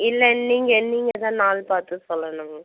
இல்லை நீங்கள் நீங்கள்தான் நாள் பார்த்து சொல்லணுங்க